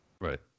right